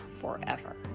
forever